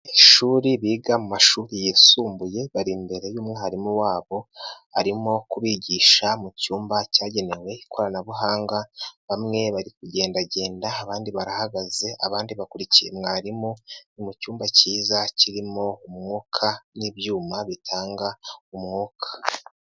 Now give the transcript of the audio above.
Ishuri biga mu mashuri yisumbuye bari imbere y'umwarimu wabo, arimo kubigisha mu cyumba cyagenewe ikoranabuhanga, bamwe bari kugenda, abandi barahagaze, abandi bakurikiye mwarimu mu cyumba cyiza kirimo umwuka n'ibyuma bitanga umwuka.